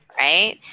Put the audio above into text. right